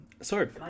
Sorry